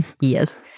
Yes